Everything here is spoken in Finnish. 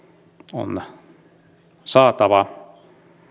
on saatava